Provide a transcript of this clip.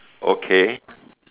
Okay